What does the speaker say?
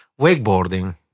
wakeboarding